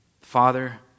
Father